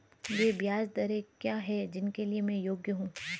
वे ब्याज दरें क्या हैं जिनके लिए मैं योग्य हूँ?